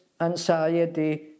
anxiety